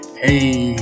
hey